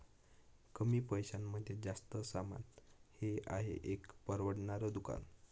कमी पैशांमध्ये जास्त सामान हे आहे एक परवडणार दुकान